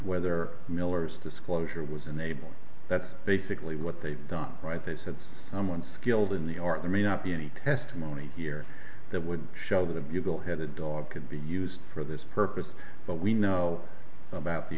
whether miller's disclosure was enabled that's basically what they've done right they said someone skilled in the art there may not be any testimony here that would show that a bugle headed dog could be used for this purpose but we know about the